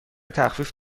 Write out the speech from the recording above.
تخفیف